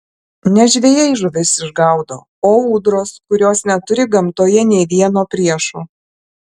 ne žvejai žuvis išgaudo o ūdros kurios neturi gamtoje nė vieno priešo